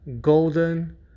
golden